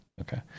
Okay